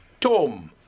Tom